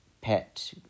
pet